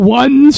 one